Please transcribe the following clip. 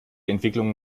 entwicklungen